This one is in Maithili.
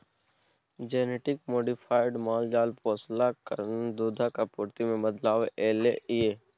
जेनेटिक मोडिफाइड माल जाल पोसलाक कारणेँ दुधक आपुर्ति मे बदलाव एलय यै